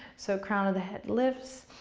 so crown of the head lifts,